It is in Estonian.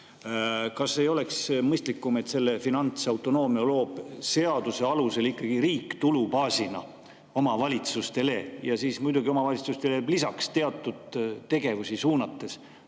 Kas ei oleks mõistlikum, et selle finantsautonoomia loob seaduse alusel ikkagi riik tulubaasina omavalitsustele? Ja siis muidugi jääb omavalitsustele [võimalus] lisaks teatud tegevusi suunates